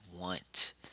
want